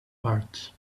parts